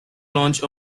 launch